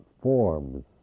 forms